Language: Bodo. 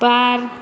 बार